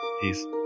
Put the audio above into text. peace